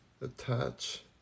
attach